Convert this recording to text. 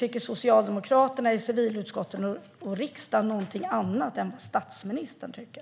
Tycker socialdemokraterna i civilutskottet och riksdagen någonting annat än vad statsministern tycker?